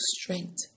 strength